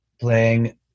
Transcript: playing